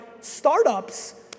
startups